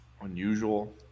unusual